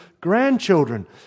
grandchildren